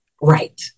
Right